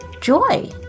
Joy